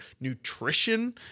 Nutrition